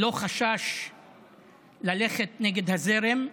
לא חשש ללכת נגד הזרם,